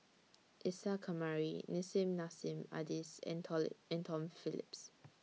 Isa Kamari Nissim Nassim Adis and and Tom Phillips